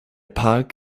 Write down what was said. park